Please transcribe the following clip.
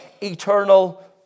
eternal